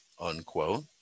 unquote